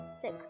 sick